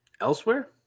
elsewhere